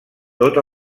tot